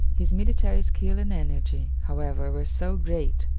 his military skill and energy, however, were so great,